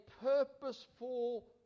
purposeful